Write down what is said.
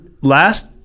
last